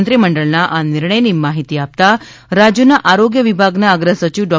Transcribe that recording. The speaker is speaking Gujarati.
મંત્રી મંડળના આ નિર્ણયની માહિતી આપતા રાજ્યના આરોગ્ય વિભાગના અગ્ર સચિવ ડો